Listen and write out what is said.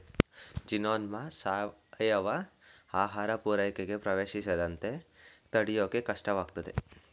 ಜೀನೋಮ್ನ ಸಾವಯವ ಆಹಾರ ಪೂರೈಕೆಗೆ ಪ್ರವೇಶಿಸದಂತೆ ತಡ್ಯೋಕೆ ಕಷ್ಟವಾಗ್ತದೆ